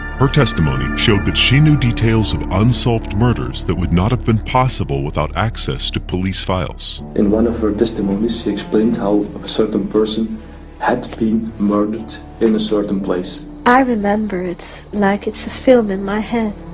her testimony showed that she knew details of unsolved murders that would not have been possible without access to police files. in one of her testimonies she explained how a certain person had been murdered in a certain place. i remember like it's like it's a film in my head.